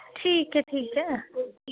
ठीक ऐ ठीक ऐ